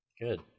Good